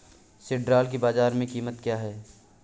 सिल्ड्राल की बाजार में कीमत क्या है?